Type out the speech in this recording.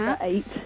eight